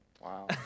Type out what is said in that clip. Wow